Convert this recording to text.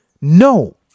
No